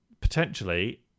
potentially